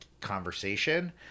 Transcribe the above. conversation